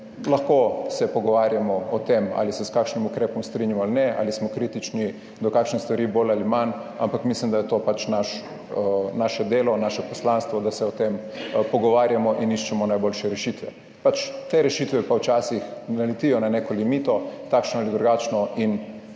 Lahko se pogovarjamo o tem, ali se s kakšnim ukrepom strinjamo ali ne, ali smo kritični do kakšne stvari bolj ali manj, ampak mislim, da je to pač naše delo, naše poslanstvo, da se o tem pogovarjamo in iščemo najboljše rešitve. Te rešitve pa včasih naletijo na neko limito, takšno ali drugačno, in